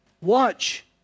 Watch